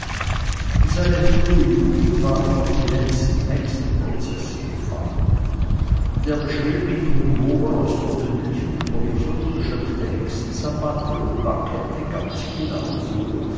in seine frühste jugend waren noch die letzten hexenprozesse gefallen und er beschrieb mit humor aus der mündlichen überlieferung geschöpfte hexensabbate und bankette ganz genauso